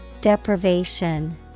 Deprivation